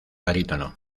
barítono